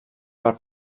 per